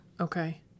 Okay